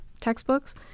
textbooks